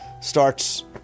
starts